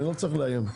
אני לא צריך לאיים.